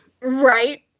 Right